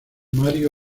mario